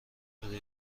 بده